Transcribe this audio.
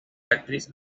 actriz